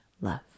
love